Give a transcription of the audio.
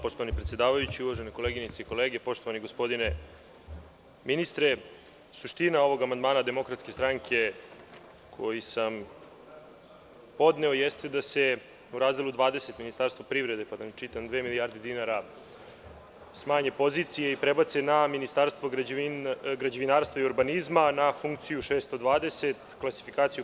Poštovani predsedavajući, uvažene koleginice i kolege, poštovani gospodine ministre, suština ovog amandmana DS, koji sam podneo, jeste da se u razdelu 20 – Ministarstvo privrede, pa da vam čitam: dve milijarde dinara, smanji pozicija i prebaci na Ministarstvo građevinarstva i urbanizma, na funkciju 620, klasifikaciju 511.